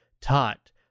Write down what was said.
taught